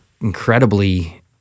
incredibly